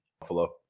Buffalo